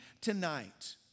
tonight